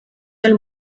del